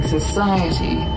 Society